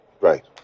Right